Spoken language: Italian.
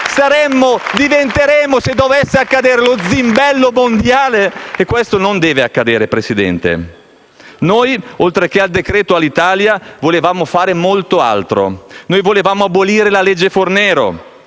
e FdI).* Diventeremo, se dovesse accadere, lo zimbello mondiale e questo non deve accadere, Presidente. Noi, oltre al decreto Alitalia, volevamo fare molto altro: volevamo abolire la legge Fornero,